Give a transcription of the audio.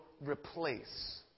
replace